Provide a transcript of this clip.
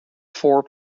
four